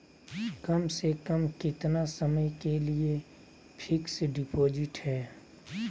कम से कम कितना समय के लिए फिक्स डिपोजिट है?